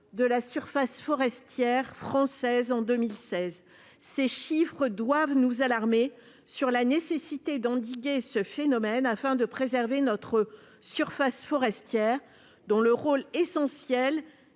de la surface forestière française en 2016. Ces chiffres doivent nous alarmer sur la nécessité d'endiguer ce phénomène afin de préserver notre surface forestière, dont le rôle est essentiel